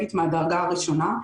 אסטרטגית מהדרגה הראשונה,